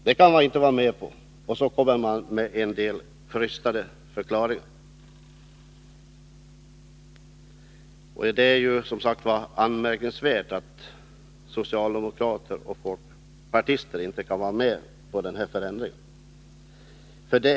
Sedan kommer man med en del krystade förklaringar till detta ställningstagande. Det är som sagt anmärkningsvärt att socialdemokrater och folkpartister inte kan gå med på denna förändring.